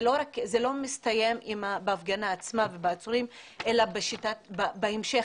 זה לא מסתיים בהפגנה עצמה ובעצורים אלא בהמשך,